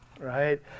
right